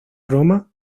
roma